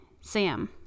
Sam